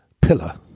pillar